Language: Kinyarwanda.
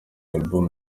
album